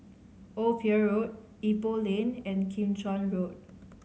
Old Pier Road Ipoh Lane and Kim Chuan Road